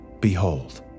Behold